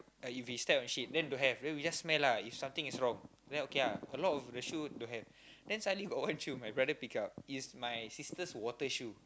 uh if we stepped on shit then don't have then we just smell lah if something is wrong then okay lah a lot of the shoe don't have then suddenly got one shoe my brother pick up it's my sister's water shoe